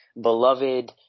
beloved